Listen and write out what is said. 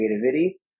creativity